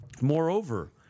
Moreover